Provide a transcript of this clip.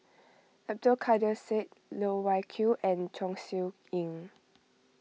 Abdul Kadir Syed Loh Wai Kiew and Chong Siew Ying